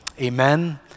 Amen